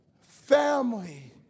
Family